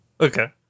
Okay